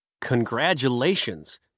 congratulations